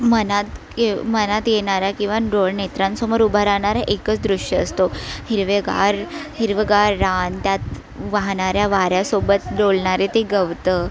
मनात एव मनात येणारा किंवा डोळ नेत्रांसमोर उभा राहणारं एकच दृष्य असतो हिरवेगार हिरवंगार रान त्यात वाहणाऱ्या वाऱ्यासोबत डोलणारे ते गवत